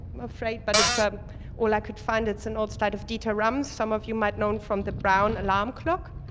i'm afraid, but it's ah all i could find. it's an old sight of data rams. some of you might know him from the brown alarm clock.